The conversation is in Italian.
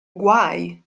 guai